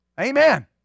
Amen